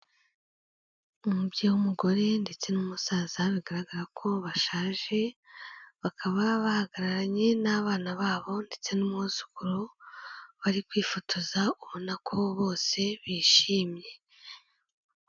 Umubyeyi w'umugore ndetse n'umusaza bigaragara ko bashaje, bakaba bahagararanye n'abana babo ndetse n'umwuzukuru bari kwifotoza, ubona ko bose bishimye.